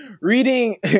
reading